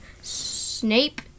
Snape